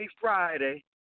Friday